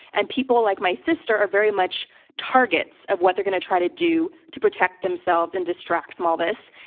and people like my sister are very much targets of what they're going to try to do to protect themselves and distract from all this.